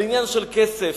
על עניין של כסף,